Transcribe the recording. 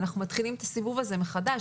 אנחנו מתחילים את הסיבוב הזה מחדש.